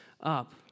up